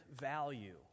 value